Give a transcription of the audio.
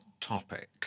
topic